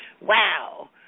wow